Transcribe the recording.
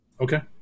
Okay